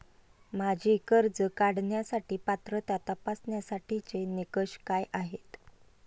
माझी कर्ज काढण्यासाठी पात्रता तपासण्यासाठीचे निकष काय आहेत?